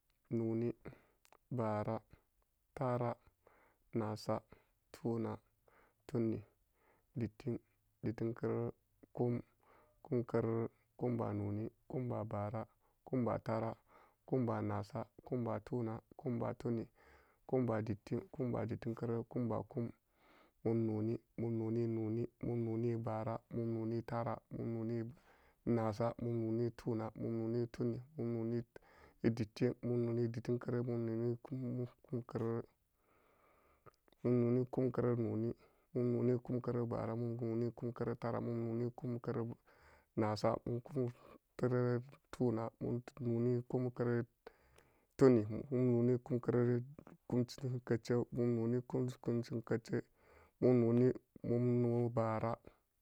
Noni, bara, tara, nasa, tuna, tunin, dittim, dittim-kerere, kum, kum-kerere, kumba-noni, kumba bara, kumba-tara, kumba nasa, kumba-tuna, kumba-tunin, kumba-dittim, kumba-dittim kerere, kumba-kumb, mum-noni, mum-noni ebara, mum-noni etara, mum-noni enasa, mum-noni etuna, mum-noni etunin, mum-noni edittim, mum-noni edittim kerere, mum-noni kumb, mum-noni kumkerere, mum-noni kumkerere noni, mum-noni ekumkerere bara, mum-noni ekumtara, mum-noni ekumkerere nasa, mum-noni ekumkerere tuna, mum-noni ekumkerere tunin, mum-noni ekumkere tunin, mum-noni ekumkerere kumci kecce, mum-no bara.